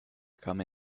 come